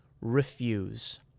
refuse